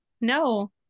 no